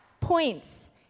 points